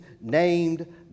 named